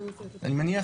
אני מניח,